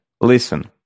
listen